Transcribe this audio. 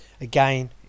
again